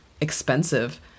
expensive